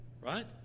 Right